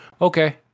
Okay